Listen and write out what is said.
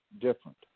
different